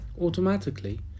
Automatically